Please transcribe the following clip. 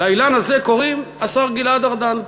לאילן הזה קוראים השר גלעד ארדן,